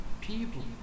people